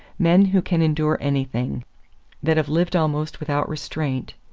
men who can endure anything that have lived almost without restraint,